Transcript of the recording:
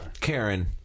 Karen